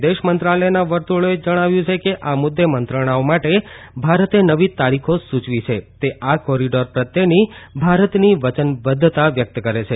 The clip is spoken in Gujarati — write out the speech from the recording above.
વિદેશમંત્રાલયના વર્તુળોએ જણાવ્યું કે આ મુદ્દે મંત્રણાઓ માટે ભારતે નવી તારીખો સુચવી છે તે આ કોરીડોર પ્રત્યેની ભારતની વચન બધ્ધતા વ્યક્ત કરે છે